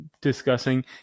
discussing